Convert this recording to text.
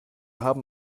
haben